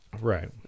Right